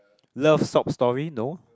love sob story no